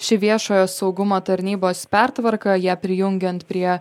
ši viešojo saugumo tarnybos pertvarka ją prijungiant prie